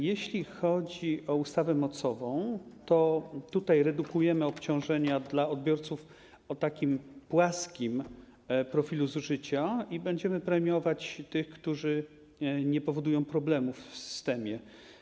Jeśli chodzi o ustawę mocową, to tutaj redukujemy obciążenia dla odbiorców o płaskim profilu zużycia i będziemy premiować tych, którzy nie powodują problemów w systemie.